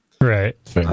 right